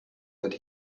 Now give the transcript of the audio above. that